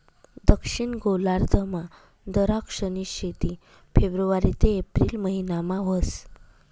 दक्षिण गोलार्धमा दराक्षनी शेती फेब्रुवारी ते एप्रिल महिनामा व्हस